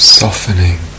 softening